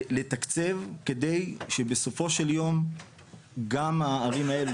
לתקצב כדי שבסופו של יום גם הערים האלו